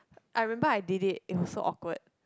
I remember I did it it was so awkward